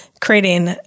creating